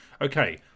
Okay